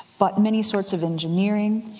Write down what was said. but many sorts of engineering.